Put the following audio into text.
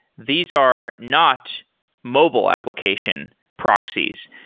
these are not mobile application proxies.